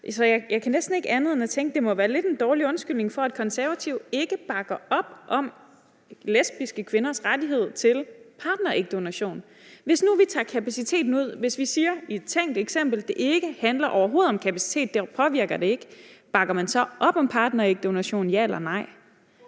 Så jeg kan næsten ikke tænke andet, end at det lidt må være en dårlig undskyldning for, at Konservative ikke bakker op om lesbiske kvinders rettighed til partnerægdonation. Hvis vi nu i et tænkt eksempel tager det med kapaciteten ud og vi siger, at det overhovedet ikke handler om kapacitet, og at det ikke påvirker det, bakker man så op om partnerægdonation – ja eller nej?